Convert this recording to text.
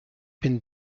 bin